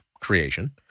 creation